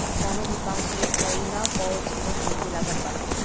कवनो भो काम के शुरू कईला पअ जवन पूंजी लागत बाटे